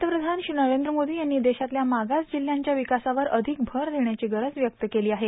पंतप्रधान श्री नरेंद्र मोदी यांनी देशातल्या मागास जिल्हयांच्या विकासावर अधिक भर देण्याची गरज व्यक्त केली आहे